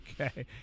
okay